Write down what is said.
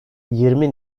yirmi